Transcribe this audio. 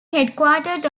headquartered